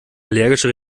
allergische